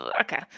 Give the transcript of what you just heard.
Okay